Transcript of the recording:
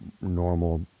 normal